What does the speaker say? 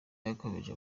yakomeje